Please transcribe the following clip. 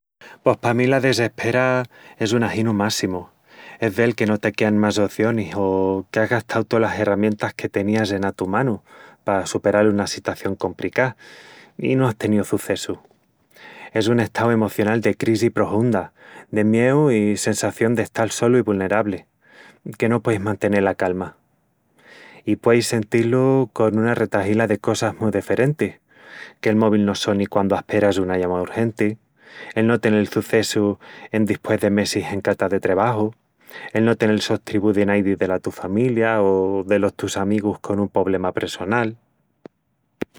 Pos pa mí, la desespera es un aginu mássimu, es vel que no te quean más ocionis o qu'ás gastau tolas herramientas que tenías ena tu manu pa superal una sitación compricá i no ás teníu çucessu. Es un estau emocional de crisi prohunda, de mieu i sensación de estal solu i vulnerabli, que no pueis mantenel la calma. I pueis sentí-lu con una retahila de cosas mu deferentis: que'l mobi no soni quandu asperas una llamá urgenti; el no tenel çucessu endispués de mesis en cata de trebaju; el no tenel sostribu de naidi dela tu familia o delos tus amigus con un poblema pressonal...